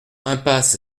impasse